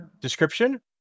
Description